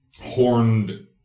horned